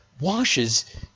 washes